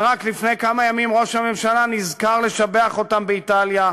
ורק לפני כמה ימים ראש הממשלה נזכר לשבח אותם באיטליה,